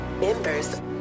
Members